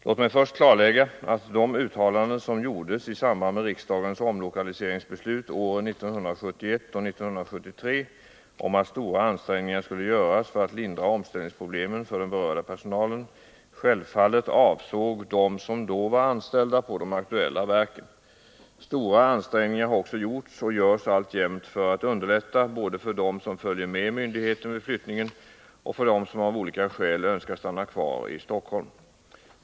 Låt mig först klarlägga att de uttalanden som gjordes i samband med riksdagens omlokaliseringsbeslut åren 1971 och 1973 om att stora ansträngningar skulle göras för att lindra omställningsproblemen för den berörda personalen självfallet avsåg dem som då var anställda på de aktuella verken. Stora ansträngningar har också gjorts och görs alltjämt för att underlätta både för dem som följer med myndigheten vid flyttningen och för dem som av olika skäl önskar stanna kvar i Stockholm.